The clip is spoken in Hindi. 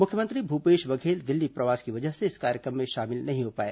मुख्यमंत्री भूपेश बघेल दिल्ली प्रवास की वजह से इस कार्यक्रम में शामिल नहीं हो पाए